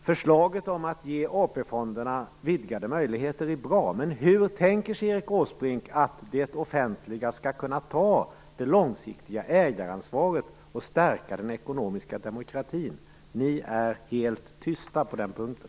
Förslaget om att ge AP-fonderna vidgade möjligheter är bra. Men hur tänker sig Erik Åsbrink att det offentliga skall kunna ta det långsiktiga ägaransvaret och stärka den ekonomiska demokratin? Regeringen är helt tyst på den punkten.